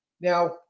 Now